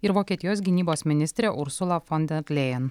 ir vokietijos gynybos ministrė ursula fon der lejen